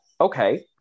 Okay